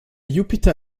jupiter